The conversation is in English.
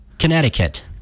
Connecticut